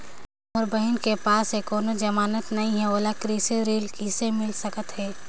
मोर बहिन के पास ह कोनो जमानत नहीं हे, ओला कृषि ऋण किसे मिल सकत हे?